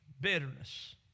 bitterness